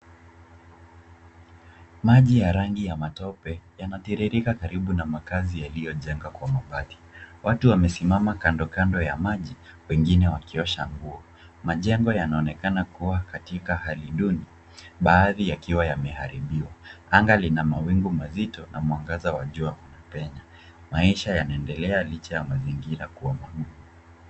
Maji ya rangi ya matope yanatiririka karibu na makazi yaliyojengwa kwa mabati. Watu wamesimama kandokando ya maji wengine wakiosha nguo. Majengo yanaonekana kuwa katika hali duni baadhi yakiwa yameharibiwa. Anga lina mawingu mazito na mwangaza wa jua kupenya. Maisha yanaendelea licha ya mazingira kuwa magumu.